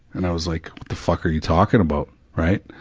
and i was like what the fuck are you talking about, right?